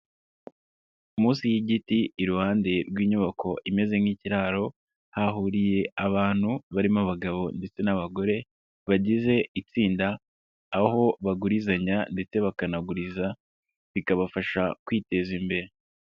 Munsi y'igiti iruhande rw'inyubako imeze nk'ikiraro, hahuriye abantu barimo abagabo ndetse n'abagore, bagize itsinda, aho bagurizanya ndetse bakanaguriza, bikabafasha kwiteza imbere.